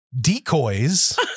decoys